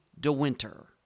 DeWinter